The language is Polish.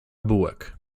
bułek